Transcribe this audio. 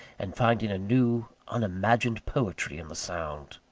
and finding a new, unimagined poetry in the sound.